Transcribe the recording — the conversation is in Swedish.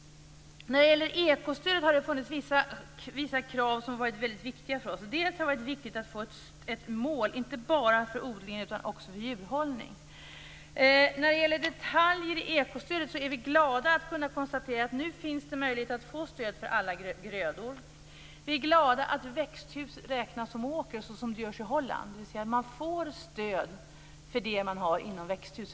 När det gäller stödet till ekologisk odling har det funnits vissa krav som har varit väldigt viktiga för oss. Det har varit viktigt att få ett mål inte bara för odlingen utan också för djurhållningen. När det gäller stödet till ekologisk odling är vi glada att kunna konstatera att det nu finns möjlighet att få stöd för alla grödor. Vi är glada att växthus räknas som åker, som sker i Holland. Man får stöd för det man har i ett växthus.